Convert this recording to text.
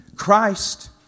Christ